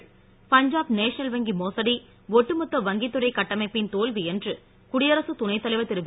் பஞ்சாப் நேஷனல் வங்கி மோசடி ஒட்டுமொத்த வங்கித் துறை கட்டமைப்பின் தோல்வி என்று குடியரசு துணை தலைவ ர் தி ரு